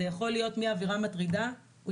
זה יכול להיות מאווירה מטרידה "הוא